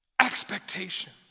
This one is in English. expectation